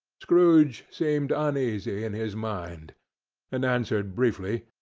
scrooge seemed uneasy in his mind and answered briefly,